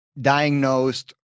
diagnosed